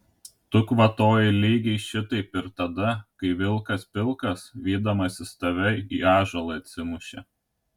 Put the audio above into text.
tu kvatojai lygiai šitaip ir tada kai vilkas pilkas vydamasis tave į ąžuolą atsimušė